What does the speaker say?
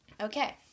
Okay